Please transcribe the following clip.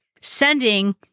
sending